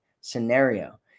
scenario